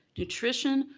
nutrition,